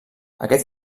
aquest